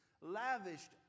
lavished